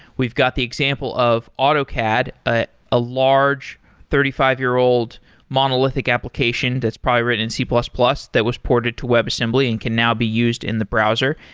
we've got the example of autocad, a ah large thirty five year old monolithic application that's probably written in c plus plus that was ported to webassembly and can now be used in the browser.